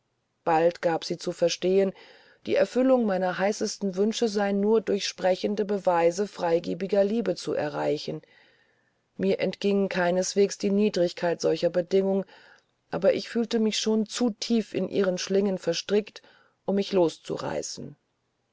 bald gab sie zu verstehen die erfüllung meiner heißesten wünsche sei nur durch sprechende beweise freigebiger liebe zu erreichen mir entging keineswegs die niedrigkeit solcher bedingung aber ich fühlte mich schon zu tief in ihre schlingen verstrickt um mich loszureißen